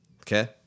Okay